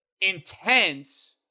intense